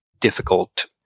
difficult